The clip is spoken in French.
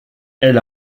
elle